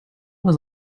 was